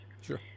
Sure